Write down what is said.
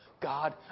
God